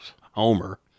homer